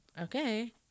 okay